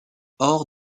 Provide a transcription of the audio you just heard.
hors